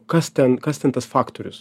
kas ten kas ten tas faktorius